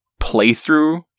playthrough